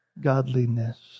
Godliness